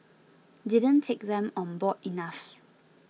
didn't take them on board enough